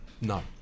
No